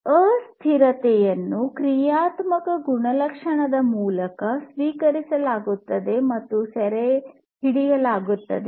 ಅಸ್ಥಿರತೆಯನ್ನು ಕ್ರಿಯಾತ್ಮಕ ಗುಣಲಕ್ಷಣದ ಮೂಲಕ ಸ್ವೀಕರಿಸಲಾಗುತ್ತದೆ ಅಥವಾ ಸೆರೆಹಿಡಿಯಲಾಗುತ್ತದೆ